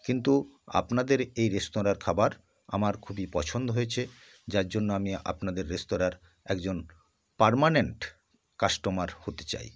কিন্তু আপনাদের এই রেস্তোরাঁর খাবার আমার খুবই পছন্দ হয়েছে যার জন্য আমি আপনাদের রেস্তোরাঁর একজন পার্মানেন্ট কাস্টমার হতে চাই